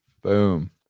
Boom